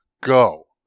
Go